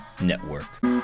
Network